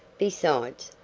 besides,